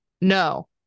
no